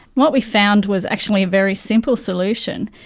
what we found was actually a very simple solution,